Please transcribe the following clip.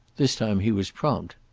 this time he was prompt.